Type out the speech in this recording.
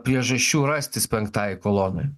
priežasčių rastis penktajai kolonai